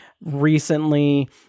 recently